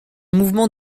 mouvement